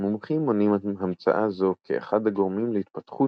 המומחים מונים המצאה זו כאחד הגורמים להתפתחות